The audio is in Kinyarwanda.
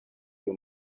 uyu